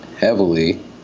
heavily